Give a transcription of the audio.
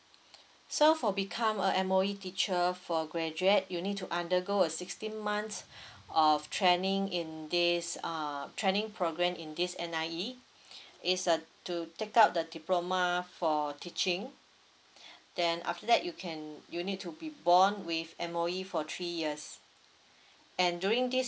so for become a M_O_E teacher for graduate you need to undergo a sixteen months of training in this uh training program in this N_I_E it's uh to take up the diploma for teaching then after that you can you need to be bond with M_O_E for three years and during this